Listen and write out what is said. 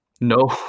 No